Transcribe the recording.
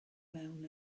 fewn